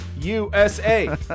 USA